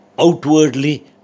Outwardly